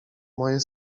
moje